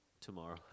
tomorrow